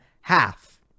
half